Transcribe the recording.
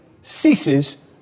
ceases